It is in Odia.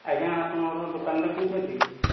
ଆଜ୍ଞା ଆପଣଙ୍କର ଦୋକାନଟା କେଉଁଠି ଅଛି କି